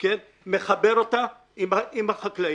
מחבר אותה עם החקלאים.